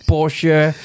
Porsche